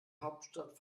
hauptstadt